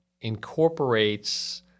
incorporates